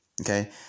Okay